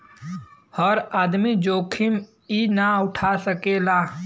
हर आदमी जोखिम ई ना उठा सकेला